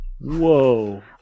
Whoa